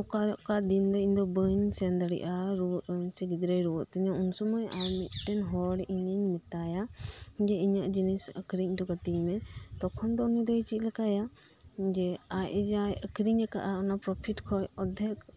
ᱚᱠᱟ ᱚᱠᱟ ᱫᱤᱱᱫᱚ ᱤᱧᱫᱚ ᱵᱟᱹᱧ ᱥᱮᱱᱫᱟᱲᱤᱜ ᱟ ᱨᱩᱣᱟᱹᱜ ᱟᱹᱧ ᱥᱮ ᱜᱤᱫᱽᱨᱟᱹᱭ ᱨᱩᱣᱟᱹᱜ ᱛᱤᱧᱟᱹ ᱩᱱᱥᱩᱢᱟᱹᱭ ᱟᱨ ᱢᱤᱫᱴᱮᱱ ᱦᱚᱲ ᱤᱧᱤᱧ ᱢᱮᱛᱟᱭᱟ ᱡᱮ ᱤᱧᱟᱹᱜ ᱡᱤᱱᱤᱥ ᱟᱹᱠᱷᱨᱤᱧ ᱩᱴᱩ ᱠᱟᱹᱛᱤᱧ ᱢᱮ ᱛᱚᱠᱷᱚᱱ ᱫᱚ ᱩᱱᱤᱫᱚᱭ ᱪᱮᱫᱞᱮᱠᱟᱭᱟ ᱡᱮ ᱟᱡ ᱡᱟᱭ ᱟᱹᱠᱷᱟᱨᱤᱧ ᱟᱠᱟᱫ ᱟ ᱚᱱᱟ ᱯᱨᱚᱯᱷᱤᱰ ᱠᱷᱚᱡ ᱚᱫᱷᱮᱠ